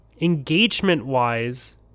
engagement-wise